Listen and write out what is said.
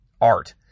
art